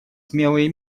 смелые